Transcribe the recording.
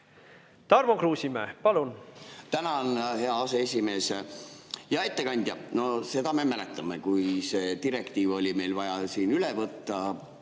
Tarmo Kruusimäe, palun!